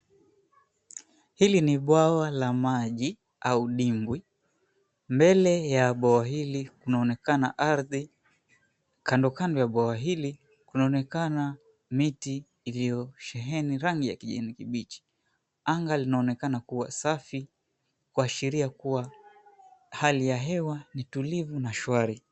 Hili ni bwawa la maji au dimbwi. Mbele ya bwawa hilj kunaonekana ardhi. Kandokando ya bwawa hili kunaonekana miti iliyosheheni rangi ya kijani kibichi. Anga linaonekana kuwa safi kuashiria kuwa hali ya hewa ni tulivu na shwari.